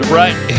right